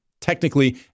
technically